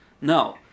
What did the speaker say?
No